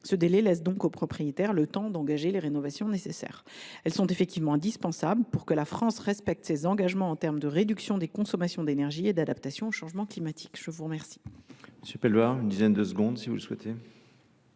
Ce délai laisse aux propriétaires le temps d’engager les rénovations nécessaires : celles ci sont indispensables pour que la France respecte ses engagements en matière de réduction des consommations d’énergie et d’adaptation au changement climatique. La parole